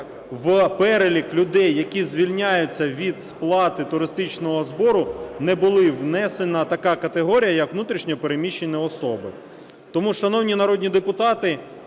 в перелік людей, які звільняються від сплати туристичного збору, не була внесена така категорія, як внутрішньо переміщені особи. Тому, шановні народні депутати,